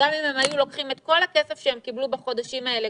גם אם הם היו לוקחים את כל הכסף שהם קיבלו בחודשים האלה,